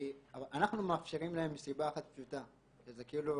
אנחנו מאפשרים להם מסיבה אחת פשוטה כי זה